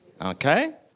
Okay